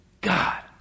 God